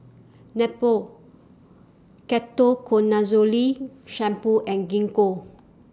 Nepro Ketoconazole Shampoo and Gingko